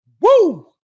Woo